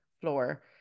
floor